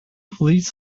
police